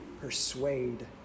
persuade